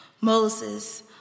Moses